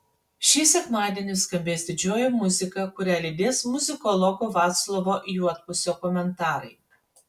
šį sekmadienį skambės didžioji muzika kurią lydės muzikologo vaclovo juodpusio komentarai